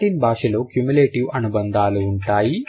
Latin భాషలో cumulative అనుబంధాలు ఉంటాయి